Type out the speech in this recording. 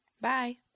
bye